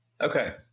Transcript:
Okay